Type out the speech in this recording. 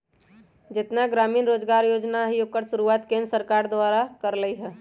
जेतना ग्रामीण रोजगार योजना हई ओकर शुरुआत केंद्र सरकार कर लई ह